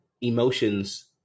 emotions